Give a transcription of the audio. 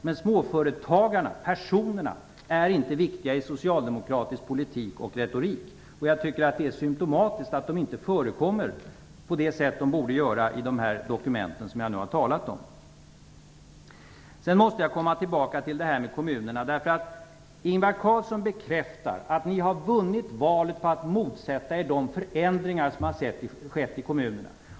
Men småföretagarna, personerna, är inte viktiga i socialdemokratisk politik och retorik. Jag tycker att det är symtomatiskt att de inte förekommer på det sätt som de borde göra i de dokument som jag nu har talat om. Jag måste sedan gå tillbaka till diskussionen om kommunerna. Ingvar Carlsson bekräftade att socialdemokraterna har vunnit valet på att motsätta sig de förändringar som har skett i kommunerna.